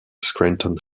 scranton